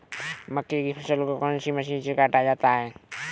मक्के की फसल को कौन सी मशीन से काटा जाता है?